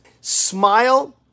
Smile